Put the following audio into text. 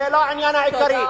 זה לא העניין העיקרי.